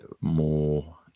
more